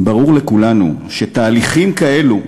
ברור לכולנו שתהליכים כאלה,